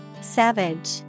Savage